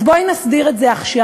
אז בואי נסדיר את זה עכשיו.